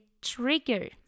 trigger